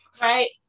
Right